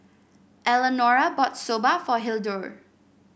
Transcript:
Eleanora bought Soba for Hildur